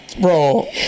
bro